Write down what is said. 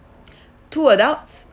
two adults